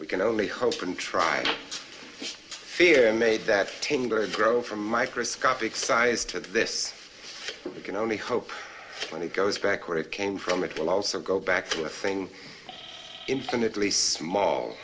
we can only hope and try fear made that tender grow from microscopic size to this that we can only hope when it goes back where it came from it will also go back to a thing infinitely small